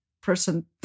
Person